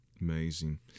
Amazing